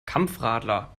kampfradler